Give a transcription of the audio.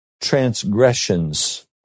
transgressions